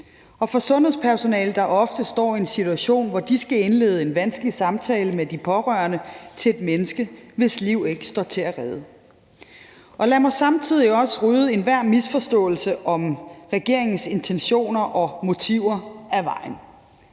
også for sundhedspersonalet, der ofte står i en situation, hvor de skal indlede en vanskelig samtale med de pårørende til et menneske, hvis liv ikke står til at redde. Lad mig også samtidig rydde enhver misforståelse om regeringens intentioner og motiver af vejen.